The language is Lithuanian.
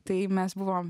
tai mes buvome